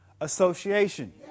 association